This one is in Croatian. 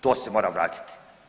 To se mora vratiti.